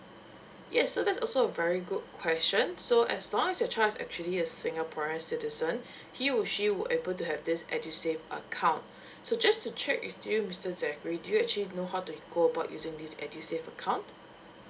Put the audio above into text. yes so that's also a very good question so as long as your child is actually a singaporean citizen he or she will able to have this edusave account so just to check with you mister zachary do you actually know how to go about using this edusave account